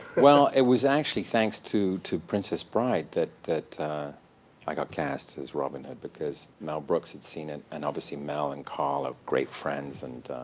well, it was actually thanks to to princess bride that that i got cast as robin hood, because mel brooks had seen it, and obviously mel and carl are great friends. and